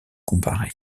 comparé